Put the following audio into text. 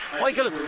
Michael